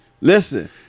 listen